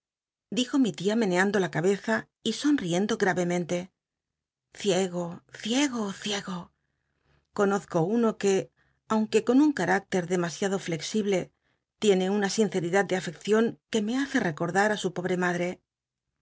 dijo mi tia meneando la cabeza y sonriendo grayemente ciego ciego ciego conozco uno que aunque con un car icter demasiado fl exible tiene una sinceridad de afeccion que me hace recordar í su pobre mad